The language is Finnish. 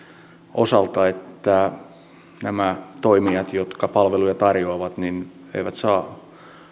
osalta siitä että nämä toimijat jotka palveluja tarjoavat eivät saa